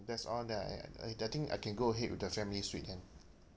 that's all that I I think I can go ahead with the family suite then